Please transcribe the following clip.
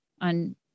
on